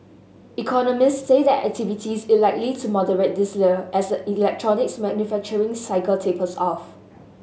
economists say activity it likely to moderate this year as the electronics manufacturing cycle tapers off